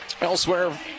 Elsewhere